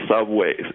subways